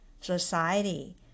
society